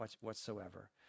whatsoever